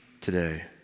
today